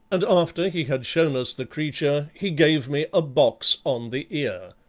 and after he had shown us the creature, he gave me a box on the ear.